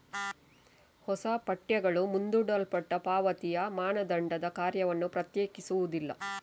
ಹೊಸ ಪಠ್ಯಗಳು ಮುಂದೂಡಲ್ಪಟ್ಟ ಪಾವತಿಯ ಮಾನದಂಡದ ಕಾರ್ಯವನ್ನು ಪ್ರತ್ಯೇಕಿಸುವುದಿಲ್ಲ